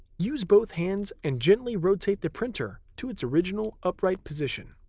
use both hands and gently rotate the printer to its original, upright position.